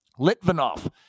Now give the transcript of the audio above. Litvinov